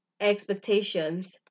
expectations